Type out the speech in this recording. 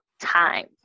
time